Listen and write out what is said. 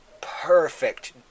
perfect